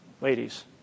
ladies